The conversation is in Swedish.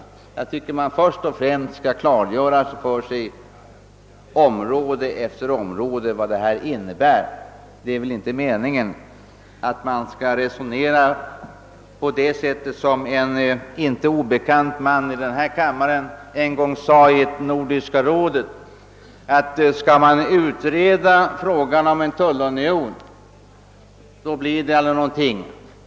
Enligt min mening bör man först och främst klargöra för sig på område efter område vad planerna innebär. Det är väl inte meningen att man skall resonera som en inte obekant man i denna kammare en gång gjorde i Nordiska rådet: Skall man först utreda frågan om en tullunion blir det aldrig någonting.